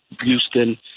Houston